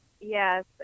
Yes